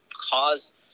cause